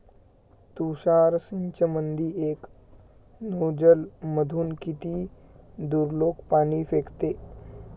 तुषार सिंचनमंदी एका नोजल मधून किती दुरलोक पाणी फेकते?